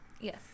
Yes